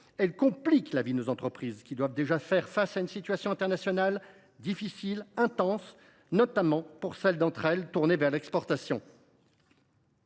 Elle complique la vie de nos entreprises, lesquelles doivent déjà faire face à une situation internationale difficile, intense, notamment pour celles d’entre elles qui sont tournées vers l’exportation.